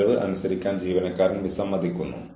തുടർന്ന് ഒടുവിൽ ജീവനക്കാരനെ ഡിസ്ചാർജ് ചെയ്യുക